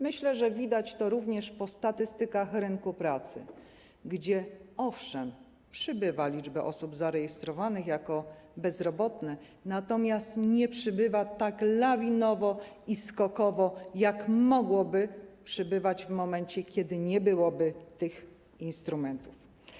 Myślę, że widać to również w statystykach rynku pracy, gdzie, owszem, przybywa osób zarejestrowanych jako bezrobotne, natomiast nie przybywa ich tak lawinowo i skokowo, jak mogłoby przybywać w momencie, kiedy nie byłoby tych instrumentów.